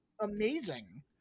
amazing